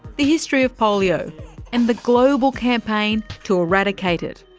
the history of polio and the global campaign to eradicate it.